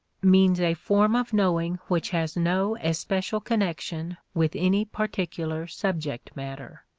means a form of knowing which has no especial connection with any particular subject matter.